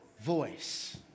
voice